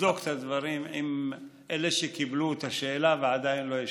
לבדוק את הדברים עם אלה שקיבלו את השאלה ועדיין לא השיבו.